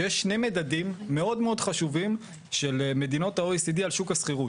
שיש שני מדדים מאוד מאוד חשובים של מדינות ה-OECD על שוק השכירות.